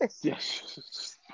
Yes